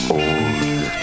old